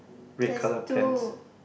red colour pants